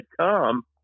come